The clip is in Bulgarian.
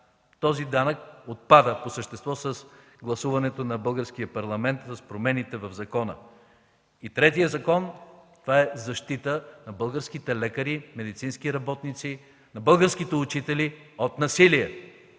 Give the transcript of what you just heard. Този данък отпада по същество с гласуването на Българския парламент на промените в закона. Другият е за защита на българските лекари, медицинските работници, на българските учители от насилие,